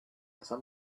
some